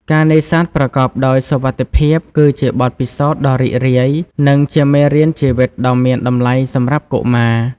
ការនេសាទប្រកបដោយសុវត្ថិភាព គឺជាបទពិសោធន៍ដ៏រីករាយ និងជាមេរៀនជីវិតដ៏មានតម្លៃសម្រាប់កុមារ។